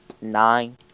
nine